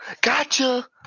gotcha